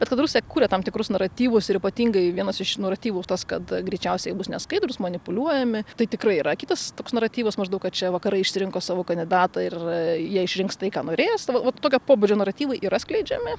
bet kad rusija kuria tam tikrus naratyvus ir ypatingai vienas iš naratyvų tas kad greičiausiai jie bus neskaidrūs manipuliuojami tai tikrai yra kitas toks naratyvas maždaug kad čia vakarai išsirinko savo kandidatą ir jie išrinks tai ką norės tai va va tokio pobūdžio naratyvai yra skleidžiami